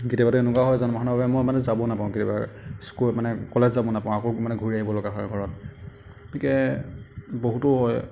কেতিয়াবাতো এনেকুৱা হয় যান বাহনৰ বাবে মই মানে যাব নাপাওঁ কেতিয়াবা স্কুলত মানে কলেজ যাব নাপাওঁ আকৌ মানে ঘূৰি আহিব লগা হয় ঘৰত গতিকে বহুতো হয়